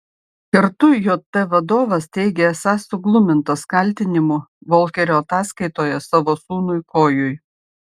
kartu jt vadovas teigė esąs suglumintas kaltinimų volkerio ataskaitoje savo sūnui kojui